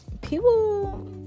people